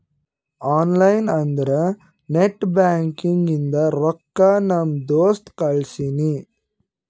online ಅಂದುರ್ net banking ಇಂದ ರೊಕ್ಕಾ ನಮ್ ದೋಸ್ತ್ ಕಳ್ಸಿನಿ